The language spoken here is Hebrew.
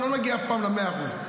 לא נגיע אף פעם למאה אחוז,